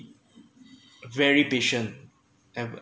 very patient ever